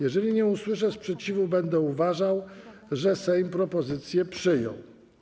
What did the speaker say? Jeżeli nie usłyszę sprzeciwu, będę uważał, że Sejm propozycje przyjął.